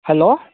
hello